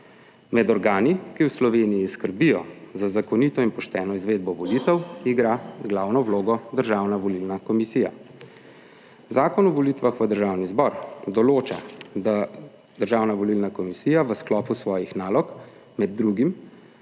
Med organi, ki v Sloveniji skrbijo za zakonito in pošteno izvedbo volitev igra glavno vlogo Državna volilna komisija. Zakon o volitvah v Državni zbor določa, da Državna volilna komisija v sklopu svojih nalog med drugim